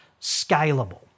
scalable